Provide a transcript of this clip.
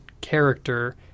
character